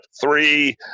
three